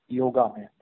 yoga